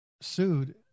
sued